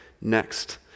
next